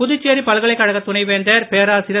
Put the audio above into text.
புதுச்சேரி பல்கலைக்கழக துணைவேந்தர் பேராசிரியர்